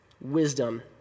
wisdom